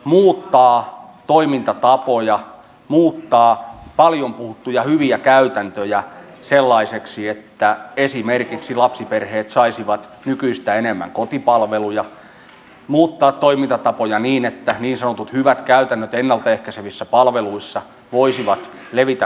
muuttaa toimintatapoja muuttaa paljon puhuttuja hyviä käytäntöjä sellaisiksi että esimerkiksi lapsiperheet saisivat nykyistä enemmän kotipalveluja muuttaa toimintatapoja niin että niin sanotut hyvät käytännöt ennalta ehkäisevissä palveluissa voisivat levitä koko maahan